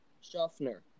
Schaffner